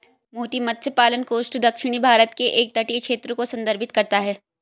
मोती मत्स्य पालन कोस्ट दक्षिणी भारत के एक तटीय क्षेत्र को संदर्भित करता है